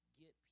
get